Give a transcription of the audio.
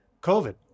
COVID